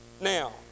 Now